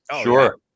Sure